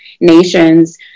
nations